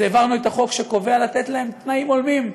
אז העברנו את החוק שקובע שיש לתת להם תנאים הולמים,